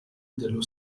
dello